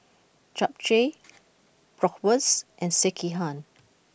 Japchae Bratwurst and Sekihan